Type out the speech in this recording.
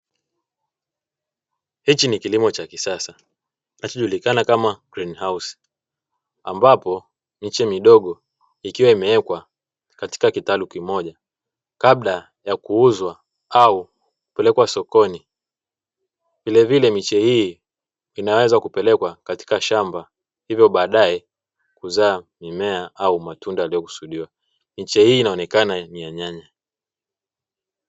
Hichi ni kilimo cha kisasa achajulikana kama grini hausi ambapo niche midogo, ikiwa imewekwa katika kitalu kimoja kabla ya kuuzwa au kupelekwa sokoni, vilevile miche hii inaweza kupelekwa katika shamba hivyo baadaye kuzaa mimea au matunda aliyokusudiwa miche hii inaonekana ni ya nyanya.